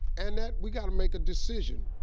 annette, we gotta make a decision.